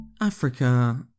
Africa